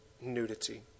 nudity